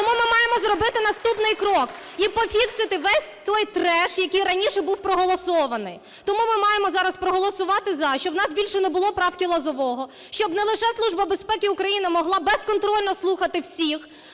тому ми маємо зробити наступний крок і пофіксити весь той треш, який раніше був проголосований. Тому ми маємо зараз проголосувати "за", щоб у нас більше не було правки Лозового, щоб не лише Служба безпеки України могла безконтрольно слухати всіх,